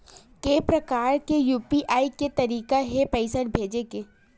के प्रकार के यू.पी.आई के तरीका हे पईसा भेजे के?